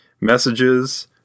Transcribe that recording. Messages